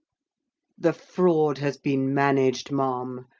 the fraud has been managed, ma'am,